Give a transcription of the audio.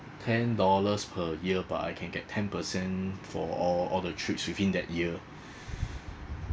ten dollars per year but I can get ten percent for all all the trips within that year